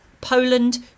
Poland